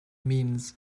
means